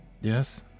yes